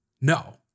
no